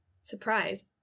surprise